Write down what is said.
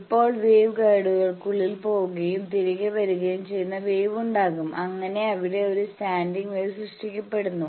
ഇപ്പോൾ വേവ് ഗൈഡുകൾക്കുള്ളിൽ പോവുകയും തിരികെ വരുകയും ചെയുന്ന വേവ് ഉണ്ടാകും അങ്ങനെ അവിടെ ഒരു സ്റ്റാൻഡിംഗ് വേവ് സൃഷ്ടിക്കപ്പെടുന്നു